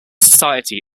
society